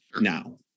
now